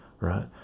right